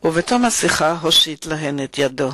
ובתום השיחה הושיט להן את ידו.